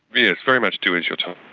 yes, very much do as you're told.